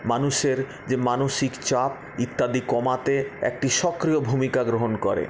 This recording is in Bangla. মানুষের যে মানসিক চাপ ইত্যাদি কমাতে একটি সক্রিয় ভূমিকা গ্রহণ করে